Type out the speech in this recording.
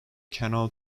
canal